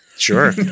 Sure